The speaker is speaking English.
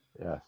Yes